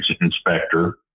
inspector